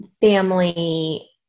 family